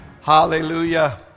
Hallelujah